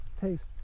taste